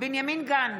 בנימין גנץ,